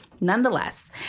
nonetheless